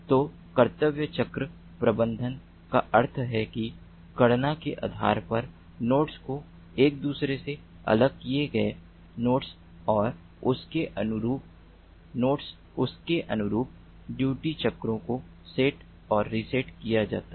तो कर्तव्य चक्र प्रबंधन का अर्थ है कि गणना के आधार पर नोड्स को एक दूसरे से अलग किए गए नोड्स और उनके अनुरूप ड्यूटी चक्रों को सेट या रीसेट किया जाता है